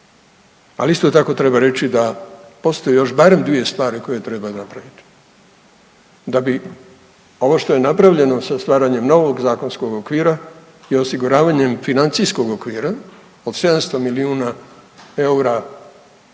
Ali isto tako treba reći da postoje još barem dvije stvari koje treba napraviti da bi ovo što je napravljeno sa stvaranjem novog zakonskog okvira i osiguravanjem financijskog okvira od 700 milijuna eura